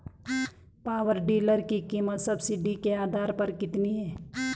Power tiller की कीमत subsidy के आधार पर कितनी है?